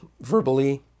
verbally